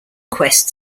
quest